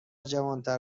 جوانتر